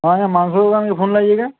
ହଁ ଆଜ୍ଞା ମାଂସ ଦୁକାନ୍କେ ଫୋନ୍ ଲାଗିଛେ କାଏଁ